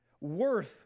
Worth